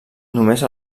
només